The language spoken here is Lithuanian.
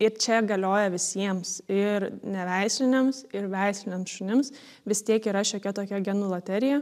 ir čia galioja visiems ir neveisliniams ir veisliniams šunims vis tiek yra šiokia tokia genų loterija